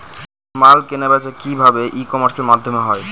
মাল কেনাবেচা কি ভাবে ই কমার্সের মাধ্যমে হয়?